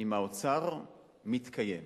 עם האוצר מתקיים,